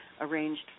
arranged